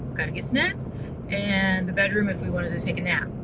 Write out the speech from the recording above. got to get snacks and the bedroom if we wanted to take a nap.